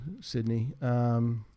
Sydney